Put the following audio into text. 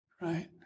right